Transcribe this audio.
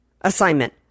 assignment